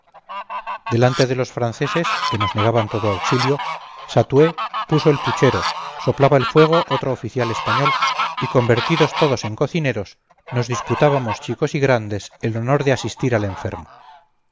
delante de los franceses que nos negaban todo auxilio satué puso el puchero soplaba el fuego otro oficial español y convertidos todos en cocineros nos disputábamos chicos y grandes el honor de asistir al enfermo